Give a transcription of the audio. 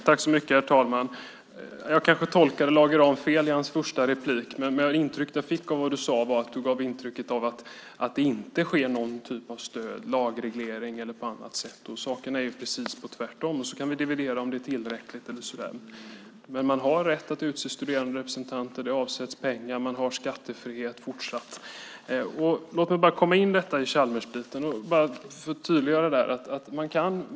Herr talman! Jag kanske tolkade Lage Rahm fel i hans första replik. Men det intryck som jag fick av det han sade var att det inte sker någon typ av stöd, lagreglering eller annat. Det är precis tvärtom. Sedan kan vi dividera om det är tillräckligt och så vidare. Men man har rätt att utse studeranderepresentanter, det avsätts pengar och man har fortsatt skattefrihet. Jag ska förtydliga en sak beträffande Chalmers.